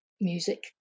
music